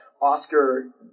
Oscar